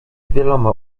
wieloma